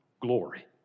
glory